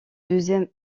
deuxième